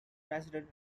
president